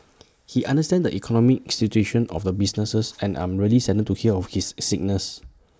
he understands the economic situation of the businesses and I'm really saddened to hear of his sickness